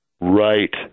Right